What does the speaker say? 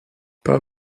pas